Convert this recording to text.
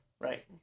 Right